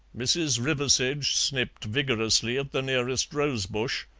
mrs. riversedge snipped vigorously at the nearest rose bush,